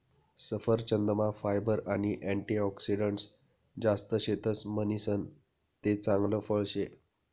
सफरचंदमा फायबर आणि अँटीऑक्सिडंटस जास्त शेतस म्हणीसन ते चांगल फळ शे